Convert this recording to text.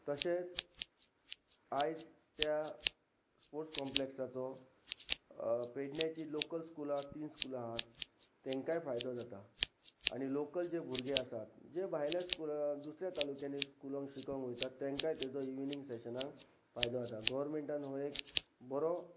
तशेंच आयज त्या स्पोर्ट्स कॉम्प्लेक्साचो पेडण्याची लोकल स्कुला आसा तीन स्कुला आसात तांकांय फायदो जाता आनी लोकल जे भुरगे आसात जे भायल्या स्कुला दुसऱ्या तालुक्यानी स्कुलांक शिकोंक वयतात तांकांय तेजो इविनिंग सेशनाक फायदो जाता गोवर्मेंटान हो एक बरो